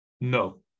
No